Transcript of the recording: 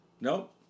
Nope